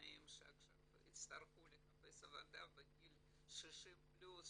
העיתונאים שעכשיו יצטרכו לחפש עבודה בגיל 60 פלוס,